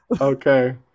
Okay